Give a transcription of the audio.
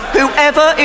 whoever